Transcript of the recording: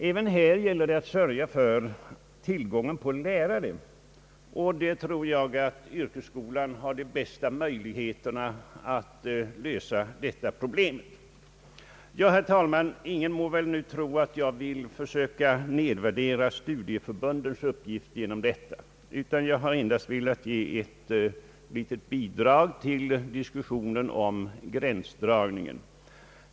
Även här gäller det att sörja för tillgången på lärare, och jag tror att yrkesskolan har de bästa möjligheter att lösa detta problem. Ja, herr talman, ingen må väl tro att jag försöker nedvärdera studieförbundens uppgift genom detta. Jag har endast velat ge ett litet bidrag till diskussionen om gränsdragningen.